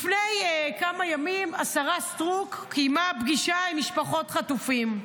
לפני כמה ימים השרה סטרוק קיימה פגישה עם משפחות חטופים.